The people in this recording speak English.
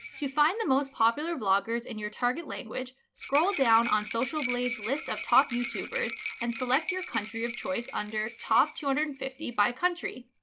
to find the most popular vloggers in your target language scroll down on social blade's list of top youtubers and select your country of choice under top two hundred and fifty by country.